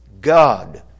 God